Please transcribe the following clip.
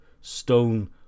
stone